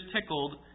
tickled